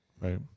Right